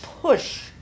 push